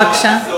בבקשה.